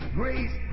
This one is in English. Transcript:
grace